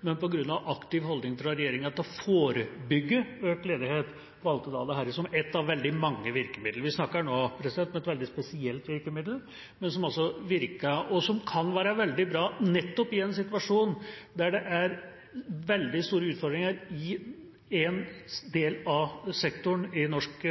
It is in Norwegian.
men på grunn av aktiv holdning fra regjeringa for å forebygge økt ledighet, som ett av veldig mange virkemidler. Vi snakker nå om et veldig spesielt virkemiddel, men som virket, og som kan være veldig bra nettopp i en situasjon der det er veldig store utfordringer i en del av sektorene i norsk